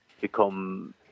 become